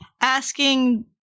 asking